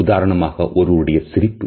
உதாரணமாக ஒருவருடைய சிரிப்பு